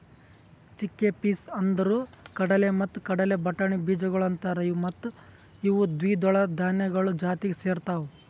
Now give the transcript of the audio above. chickpeas ಅಂದುರ್ ಕಡಲೆ ಮತ್ತ ಕಡಲೆ ಬಟಾಣಿ ಬೀಜಗೊಳ್ ಅಂತಾರ್ ಮತ್ತ ಇವು ದ್ವಿದಳ ಧಾನ್ಯಗಳು ಜಾತಿಗ್ ಸೇರ್ತಾವ್